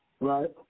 right